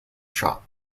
shop